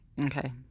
Okay